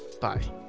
Bye